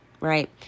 Right